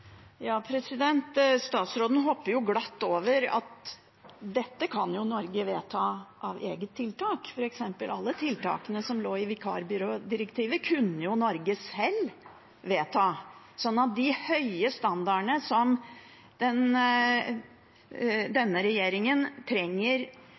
glatt over at dette kan Norge vedta ved eget tiltak – f.eks. alle tiltakene som lå i vikarbyrådirektivet, kunne jo Norge sjøl vedta. Så de høye standardene som